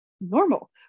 normal